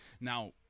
Now